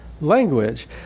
language